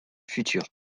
futur